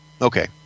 Okay